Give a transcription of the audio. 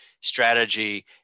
strategy